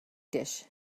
dish